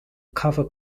cover